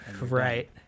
Right